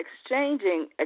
exchanging